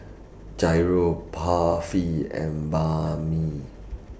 Gyros Barfi and Banh MI